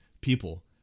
people